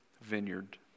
vineyard